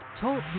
Talk